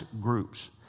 groups